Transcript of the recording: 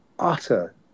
Utter